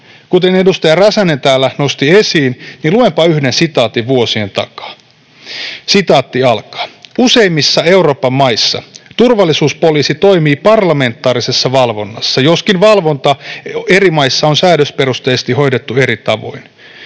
Kuten edustaja Räsänen täällä nosti esiin, niin luenpa yhden sitaatin vuosien takaa: ”Useimmissa Euroopan maissa turvallisuuspoliisi toimii parlamentaarisessa valvonnassa, joskin valvonta eri maissa on säädösperusteisesti hoidettu eri tavoin.